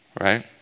Right